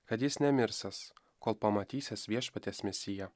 kad jis nemirsiąs kol pamatysiąs viešpaties misiją